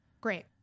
Great